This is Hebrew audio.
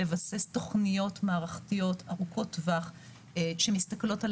לבסס תוכניות מערכתיות ארוכות טווח שמסתכלות על